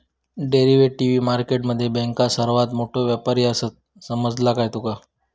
Derivative market मध्ये बँको सर्वात मोठे व्यापारी आसात, समजला काय तुका?